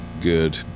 good